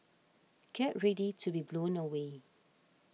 get ready to be blown away